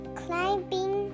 climbing